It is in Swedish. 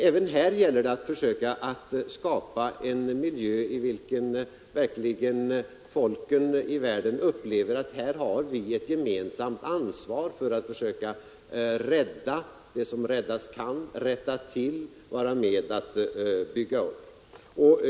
Även här gäller det att försöka skapa en miljö, i vilken verkligen folken i världen upplever att här har vi ett gemensamt ansvar för att försöka rädda det som räddas kan, rätta till, vara med och bygga upp.